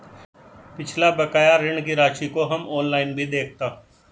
पिछला बकाया ऋण की राशि को हम ऑनलाइन भी देखता